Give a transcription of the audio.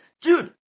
dude